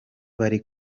bari